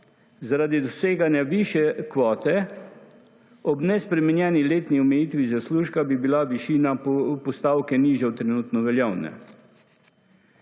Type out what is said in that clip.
Zaradi doseganja višje kvote ob nespremenjeni letni omejitvi zaslužka bi bila višina postavke nižja od trenutno veljavne.